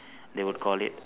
they would call it